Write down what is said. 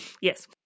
Yes